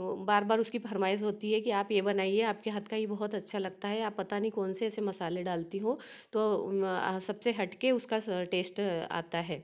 वो बार बार उसकी फरमाईश होती है कि आप ये बनाइए आपके हाथ का ये बहुत अच्छा लगता है आप पता नहीं कौन से ऐसे मसाले डालती हो तो सबसे हटके उसका टेस्ट आता है